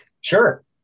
Sure